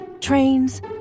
trains